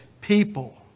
people